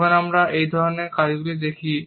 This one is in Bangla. যখন আমরা এই ধরনের কাজগুলি দেখি